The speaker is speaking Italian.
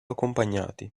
accompagnati